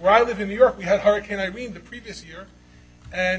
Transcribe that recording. where i live in new york we had hurricane irene the previous year and